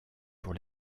pour